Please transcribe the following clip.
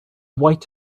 white